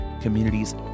communities